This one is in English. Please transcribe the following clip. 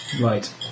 Right